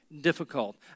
difficult